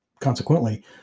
consequently